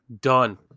done